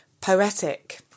poetic